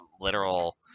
literal